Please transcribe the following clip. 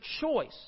choice